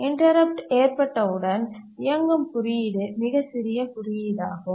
interrupt ஏற்பட்டவுடன் இயங்கும் குறியீடு மிகச் சிறிய குறியீடாகும்